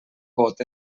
vot